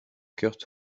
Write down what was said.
kurt